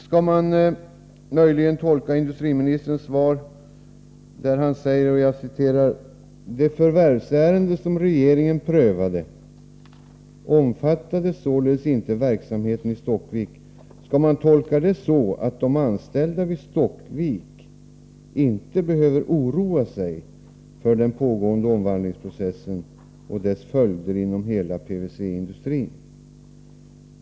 : Skall man möjligen tolka industriministerns svar, där han säger att ”det förvärvsärende som regeringen prövade omfattade således inte verksamheten i Stockvik”, så att de anställda vid Stockvik inte behöver oroa sig för den pågående omvandlingsprocessen och dess följder inom pvc-industrin?